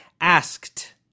asked